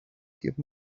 give